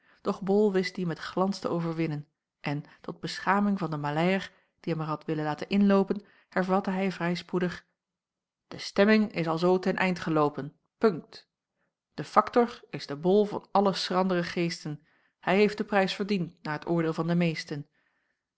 doch bol wist die met glans te overwinnen en tot beschaming van den maleier die hem er had willen laten inloopen hervatte hij vrij spoedig de stemming is alzoo ten eind geloopen punkt de factor is de bol van alle schrandre geesten hij heeft den prijs verdiend naar t oordeel van de meesten